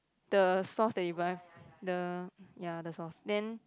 the sauce that you buy the ya the sauce then